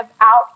out